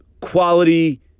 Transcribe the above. quality